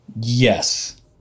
Yes